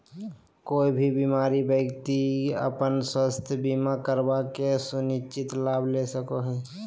कोय भी बीमार व्यक्ति अपन स्वास्थ्य बीमा करवा के सुनिश्चित लाभ ले सको हय